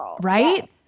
right